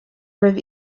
roimh